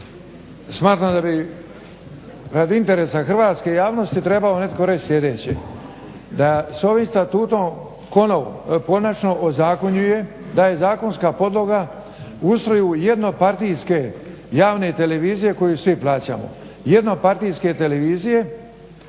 smatram da bi radi interesa hrvatske javnosti trebao netko reć sljedeće. Da s ovim statutom konačno ozakonjuje da je zakonska podloga u ustroju jedno partijske televizije koju svi plaćamo, jednopartijske televizije